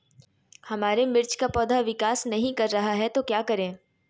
हमारे मिर्च कि पौधा विकास ही कर रहा है तो क्या करे?